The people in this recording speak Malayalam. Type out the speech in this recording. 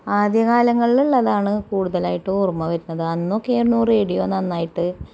ആദ്യ കാലങ്ങളിലുള്ളതാണ് കൂടുതലായിട്ട് ഓർമ്മ വരുന്നത് അന്നൊക്കെ ആയിരുന്നു റേഡിയോ നന്നായിട്ട്